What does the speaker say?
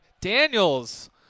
Daniels